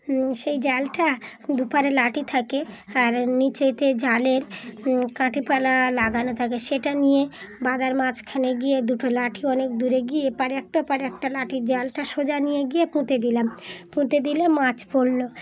সেই জালটা দুপারে লাঠি থাকে আর নিচেতে জালের কাঠিপালা লাগানো থাকে সেটা নিয়ে বাদার মাঝখানে গিয়ে দুটো লাঠি অনেক দূরে গিয়ে এপারে একটা ওপারে একটা লাঠি জালটা সোজা নিয়ে গিয়ে পুঁতে দিলাম পুঁতে দিলে মাছ পড়ল